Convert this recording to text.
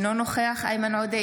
אינו נוכח איימן עודה,